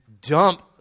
dump